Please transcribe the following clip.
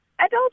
Adults